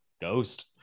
Ghost